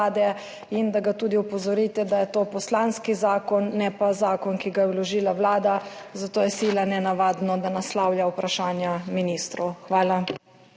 In da ga tudi opozorite, da je to poslanski zakon, ne pa zakon, ki ga je vložila Vlada, zato je sila nenavadno, da naslavlja vprašanja na ministra. Hvala.